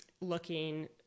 looking